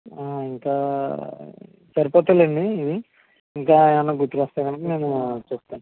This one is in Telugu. ఇంకా సరిపోతాయిలేండి ఇవి ఇంకా ఏమన్నా గుర్తువస్తే కానుక నేను చెప్తాను